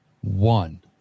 one